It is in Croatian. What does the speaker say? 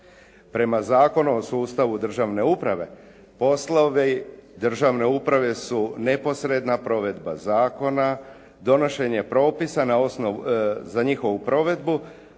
Prema Zakonu o sustavu državne uprave, poslovi državne uprave su neposredna provedba zakona, donošenje propisa za njihovu provedbu,